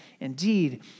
indeed